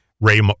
Ray